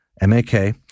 M-A-K